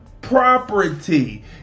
property